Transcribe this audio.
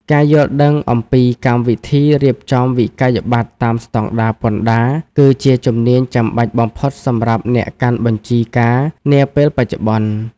ការយល់ដឹងអំពីកម្មវិធីរៀបចំវិក្កយបត្រតាមស្តង់ដារពន្ធដារ គឺជាជំនាញចាំបាច់បំផុតសម្រាប់អ្នកកាន់បញ្ជីការនាពេលបច្ចុប្បន្ន។